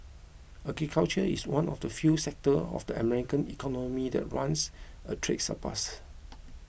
agriculture is one of the few sectors of the American economy that runs a trade surplus